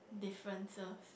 differences